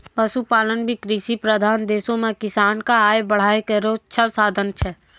पशुपालन भी कृषि प्रधान देशो म किसान क आय बढ़ाय केरो अच्छा साधन छै